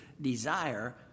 desire